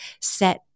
set